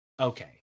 okay